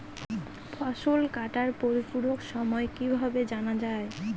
ফসল কাটার পরিপূরক সময় কিভাবে জানা যায়?